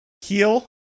heel